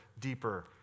deeper